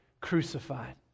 crucified